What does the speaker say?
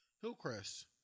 Hillcrest